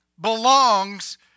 belongs